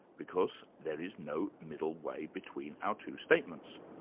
because there is no middle way between our two statements.